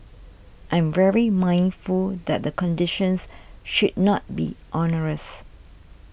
I am very mindful that the conditions should not be onerous